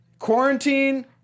Quarantine